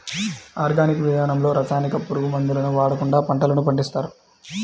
organic విధానంలో రసాయనిక, పురుగు మందులను వాడకుండా పంటలను పండిస్తారు